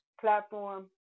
platform